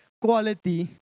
quality